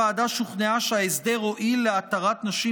הוועדה שוכנעה שההסדר הועיל להתרת נשים